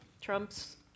Trump's